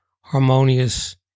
harmonious